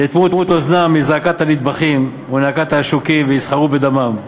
יאטמו אוזנם מזעקת הנטבחים ונאקת העשוקים ויסחרו בדמם.